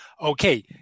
okay